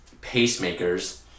pacemakers